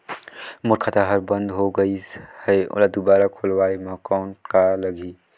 मोर खाता हर बंद हो गाईस है ओला दुबारा खोलवाय म कौन का लगही?